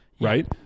right